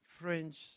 French